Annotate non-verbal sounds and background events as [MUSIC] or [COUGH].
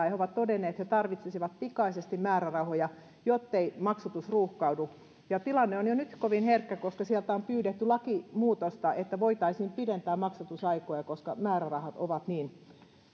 [UNINTELLIGIBLE] ja he ovat todenneet että he tarvitsisivat pikaisesti määrärahoja jottei maksatus ruuhkaudu tilanne on jo nyt kovin herkkä koska sieltä on pyydetty lakimuutosta että voitaisiin pidentää maksatusaikoja koska määrärahat ovat niin